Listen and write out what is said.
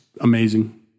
amazing